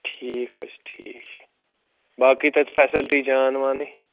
ٹھیٖک حظ چھِ ٹھیٖک چھِ باقٕے تَتہِ فیسلٹی جان وانٕے